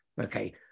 Okay